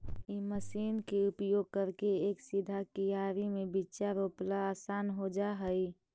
इ मशीन के उपयोग करके एक सीधा कियारी में बीचा रोपला असान हो जा हई